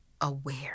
aware